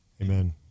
Amen